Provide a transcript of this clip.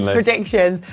ah predictions.